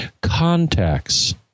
contacts